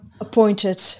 appointed